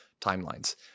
timelines